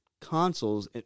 consoles